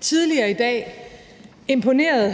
Tidligere i dag imponerede